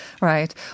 Right